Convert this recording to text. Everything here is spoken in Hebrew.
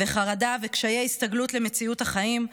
לחרדה ולקשיי הסתגלות למציאות החיים,